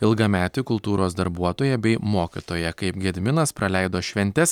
ilgametį kultūros darbuotoją bei mokytoją kaip gediminas praleido šventes